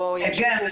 כן.